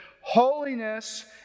Holiness